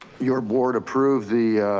your board approved the.